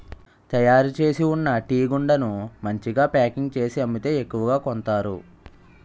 తయారుచేసి ఉన్న టీగుండను మంచిగా ప్యాకింగ్ చేసి అమ్మితే ఎక్కువ కొంతారు